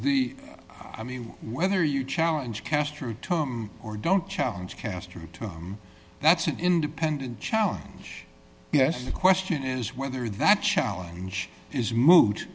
the i mean whether you challenge caster tom or don't challenge caster tom that's an independent challenge yes the question is whether that challenge is moo